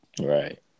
Right